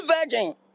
virgin